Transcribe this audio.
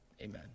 Amen